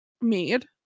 made